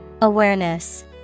Awareness